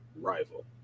rival